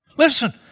Listen